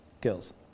Girls